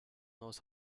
knows